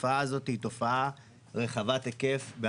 דבר